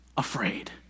Afraid